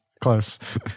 close